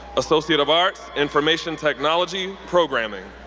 associate of arts, information technology, programming.